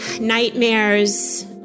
Nightmares